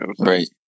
Right